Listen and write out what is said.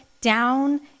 down